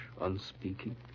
unspeaking